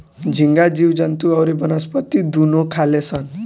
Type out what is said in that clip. झींगा जीव जंतु अउरी वनस्पति दुनू खाले सन